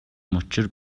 мөчир